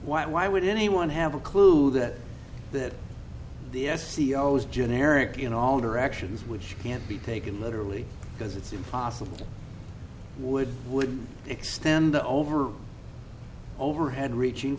why why would anyone have a clue that that the s e o's generic in all directions which can't be taken literally because it's impossible would would extend the over over head reaching